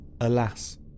Alas